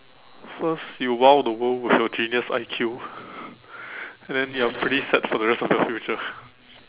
first you !wow! the world with your genius I_Q and then you are pretty set for the rest of your future